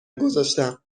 گذاشتم